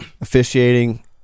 officiating